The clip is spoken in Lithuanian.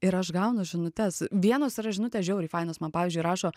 ir aš gaunu žinutes vienos yra žinutės žiauriai fainos man pavyzdžiui rašo